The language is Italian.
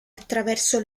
attraverso